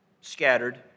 scattered